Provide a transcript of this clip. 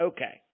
Okay